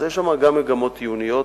יש שם גם מגמות עיוניות,